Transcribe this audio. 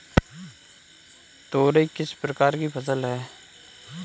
तोरई किस प्रकार की फसल है?